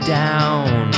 down